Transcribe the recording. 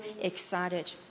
excited